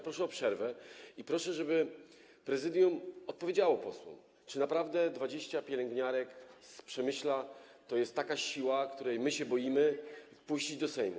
Proszę o przerwę i proszę, żeby Prezydium odpowiedziało posłom, czy naprawdę 20 pielęgniarek z Przemyśla to jest taka siła, której my się boimy wpuścić do Sejmu.